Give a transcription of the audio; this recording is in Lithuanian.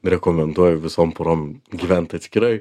rekomenduoju visom porom gyvent atskirai